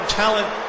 talent